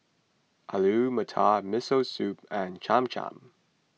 Alu Matar Miso Soup and Cham Cham